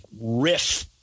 riff